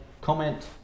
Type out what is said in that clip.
comment